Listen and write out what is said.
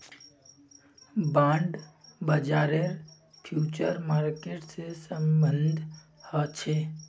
bond बाजारेर future market से सम्बन्ध ह छे